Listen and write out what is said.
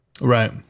Right